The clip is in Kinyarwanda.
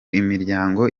imiryango